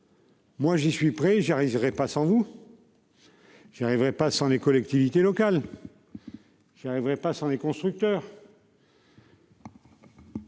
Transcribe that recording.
Moi j'y suis prêt, j'arriverai pas sans vous.-- J'y arriverai pas sans les collectivités locales. J'y arriverai pas sans les constructeurs.--